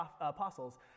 apostles